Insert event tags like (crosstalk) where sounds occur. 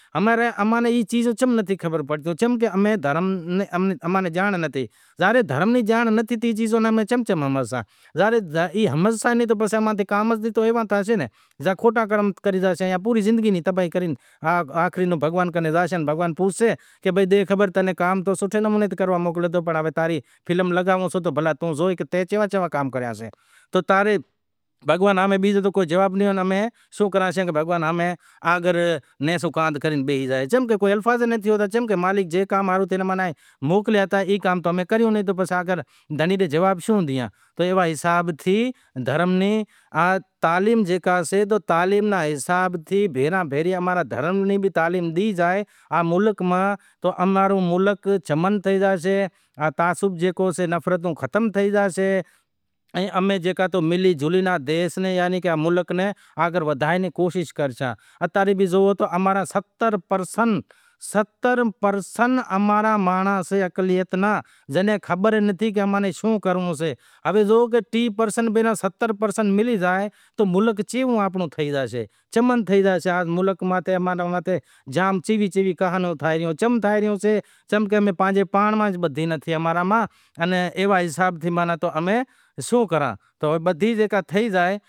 ای آرتیوں کرے پسے آرتیوں تھے، آرتیوں کرے پسے امیں بھنڈارو امیں شروع کراں سیاں، بھنڈارو شروع کرے پسے بدہا امیں زمانڑاں سیں، زمانڑے چھیڑے پسے ایئاں ناں پسے (noise) کانہوڑو آویشے، کانہوڑو مطلب کرشنا جنم اسٹمی آوی شے، جنم اسٹمی آوے شے پسے تقریبن جارے رات رو سندر ماں لے کرے تارے کرشن بھگوان رو جنم تھو تو، جنم تھو تو پسے ایوا ٹانڑے کرشن بھگوان ری مورتیوں سئہ کوئی ماٹی را کانہوڑا ٹھائیوے شے مگر اما ری وڈیاری قوم میں مورتیوں سئے پسے ایئے نیں لک وگیرا ہنڑئے پسے ایئے نیں رات رو جنم تھاشے پسے دودہ ماہ جھیلاڑے، جھیلاڑے پسے وڑے نیانڑی ہوئیشے کوئی مٹ مائیٹ ہوئیشیں ایئاں بدہاں ناں بھنڈارو زیماڑے پسے سجی رات رماسیئاں ورے تقریبن بارے ہیک بے وجہ کانہوڑوراکھاشیاں، کانہوڑو راکھے وری بھنڈارو کری۔ ورے مندر میں تھاپنا کراسیئاں۔ ای ہمارو سئے کرشن بھگوان رو موٹو، کرشنا جنم اسٹمی اماں میں موٹاں میں موٹو تہوار جیکو سئہ کرشنا جنم اسٹمی سئے پسے رام پرچار سے، جے ماتا کنبھ رو میڑو لاگیو۔ کنبھ رو میڑو، گنگا جمنا سرسوتی ترنڑے ندیوں ماہ لاگتو سئہ۔ گنگا جمنا سرسوتی جیکو ترنڑے ندیوں نیکریوں سے۔ ای پانڑی جھیلا میں ای سے کہ اماں میں روگ ختم تھی زائیشے۔ اماں میں جیکو بھی شے بیماریوں ختم تھی زائیشیں، بیماریوں مطلب پسے گھر رے اندر کوئی پریشانی نتھی آوتی۔ کنبھ رو میڑو